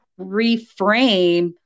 reframe